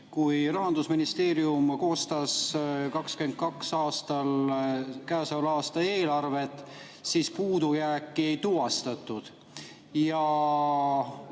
Kui Rahandusministeerium koostas 2022. aastal selle aasta eelarvet, siis puudujääki ei tuvastatud.